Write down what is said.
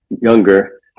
younger